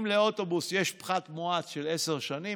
אם לאוטובוס יש פחת מואץ של עשר שנים,